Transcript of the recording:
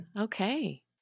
Okay